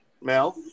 Mel